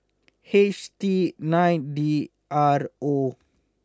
H T nine D R O